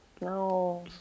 No